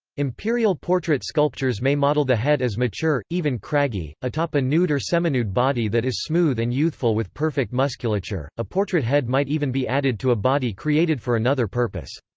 imperial portrait sculptures may model the head as mature, even craggy, atop a nude or seminude body that is smooth and youthful with perfect musculature a portrait head might even be added to a body created for another purpose.